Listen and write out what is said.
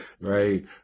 right